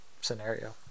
scenario